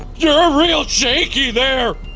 you're-a real shaky there!